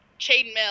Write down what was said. chainmail